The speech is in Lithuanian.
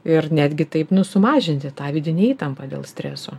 ir netgi taip sumažinti tą vidinę įtampą dėl streso